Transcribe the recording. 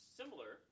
similar